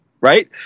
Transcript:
right